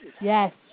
yes